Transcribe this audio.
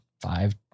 five